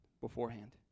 beforehand